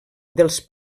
dels